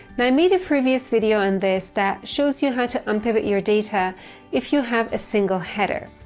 now i made a previous video on this that shows you how to unpivot your data if you have a single header.